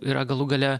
yra galų gale